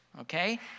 okay